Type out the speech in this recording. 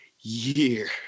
year